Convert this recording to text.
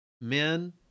men